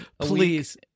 please